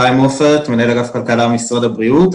חיים עופר, מנהל אגף כלכלה, משרד הבריאות.